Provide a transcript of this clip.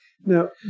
Now